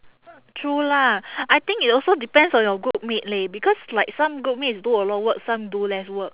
true lah I think it also depends on your groupmate leh because like some groupmates do a lot of work some do less work